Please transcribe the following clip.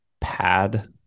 pad